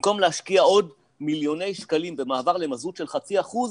במקום להשקיע עוד מיליוני שקלים במעבר למזות של חצי אחוז,